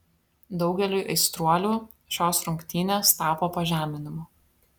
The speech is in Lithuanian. daugeliui aistruolių šios rungtynės tapo pažeminimu